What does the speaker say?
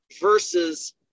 versus